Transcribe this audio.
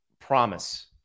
promise